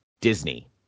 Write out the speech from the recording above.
Disney